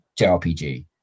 JRPG